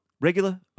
regular